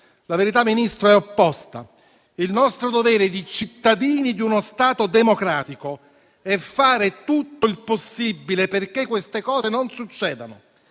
La verità, signor Ministro, è opposta: il nostro dovere di cittadini di uno Stato democratico è fare tutto il possibile perché queste cose non succedano